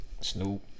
Snoop